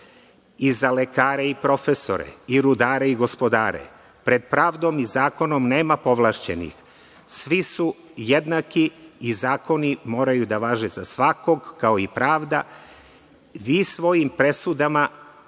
i za lekare i profesore, i rudare i gospodare. Pred pravdom i zakonom nema povlašćenih. Svi su jednaki i zakoni moraju da važe za svakog, kao i pravda. Vi svojim presudama